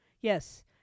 Yes